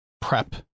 prep